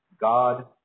God